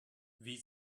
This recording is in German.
wie